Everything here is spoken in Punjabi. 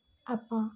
ਆਪਾਂ